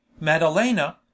Madalena